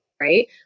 right